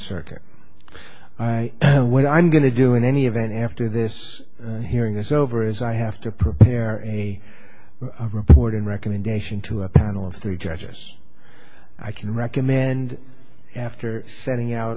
circuit i know what i'm going to do in any event after this hearing is over as i have to prepare a report and recommendation to a panel of three judges i can recommend after setting out